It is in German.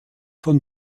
von